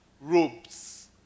robes